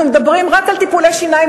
אנחנו מדברים רק על טיפולי שיניים